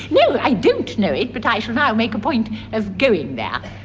no, i don't know it but i shall now make a point of going there.